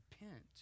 repent